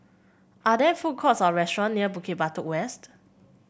are there food courts or restaurant near Bukit Batok West